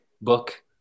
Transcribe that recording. book